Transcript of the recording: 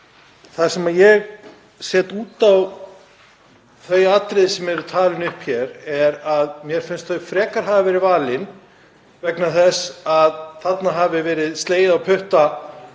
Það sem ég set út á varðandi þau atriði sem eru talin upp hér, er að mér finnst þau frekar hafa verið valin vegna þess að þarna hafi verið slegið á putta